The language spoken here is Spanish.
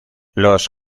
los